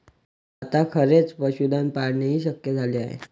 आता खेचर पशुधन पाळणेही शक्य झाले आहे